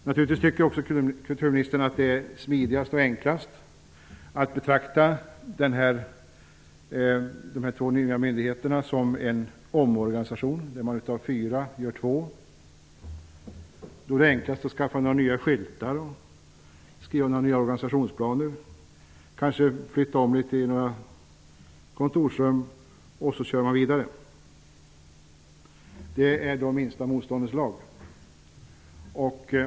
Kulturministern tycker naturligtvis att det är smidigast och enklast att betrakta inrättandet av de två nya myndigheterna som en omorganisation, där två myndigheter blir fyra. Det är enklast att skaffa nya skyltar och skriva nya organisationsplaner, kanske flytta om litet i kontorsrum och köra vidare. Det är minsta motståndets lag.